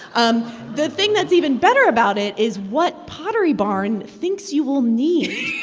um the thing that's even better about it is what pottery barn thinks you will need